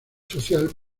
social